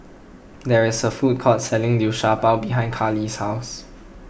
there is a food court selling Liu Sha Bao behind Karli's house